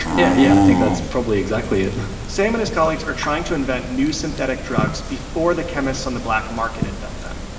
yeah, yeah. i think that's probably exactly it sam and his colleagues are trying to invent new synthetic drugs before the chemists on the black market invent them.